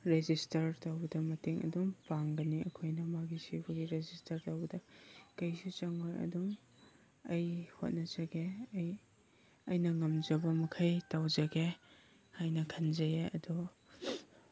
register ꯇꯧꯕꯗ ꯃꯇꯦꯡ ꯑꯗꯨꯝ ꯄꯥꯡꯒꯅꯤ ꯑꯩꯈꯣꯏꯅ ꯃꯥꯒꯤ ꯁꯤꯕꯒꯤ ꯔꯦꯖꯤꯁꯇꯔ ꯇꯧꯕꯗ ꯀꯩꯁꯨ ꯆꯪꯉꯣꯏ ꯑꯗꯨꯝ ꯑꯩ ꯍꯣꯠꯅꯖꯒꯦ ꯑꯩ ꯑꯩꯅ ꯉꯝꯖꯕ ꯃꯈꯩ ꯇꯧꯖꯒꯦ ꯍꯥꯏꯅ ꯈꯟꯖꯩꯌꯦ ꯑꯗꯨ